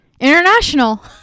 international